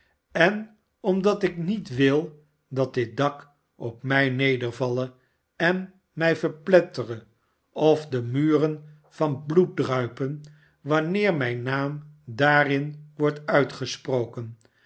en omdat ik niet wil dat dit dak op mij nedervalle en mij verplettere of de muren van bloeddruipen wanneer mijn naam daarin wordt uitgesproken